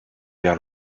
vers